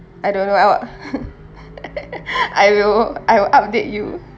I don't know I'll I will I will update you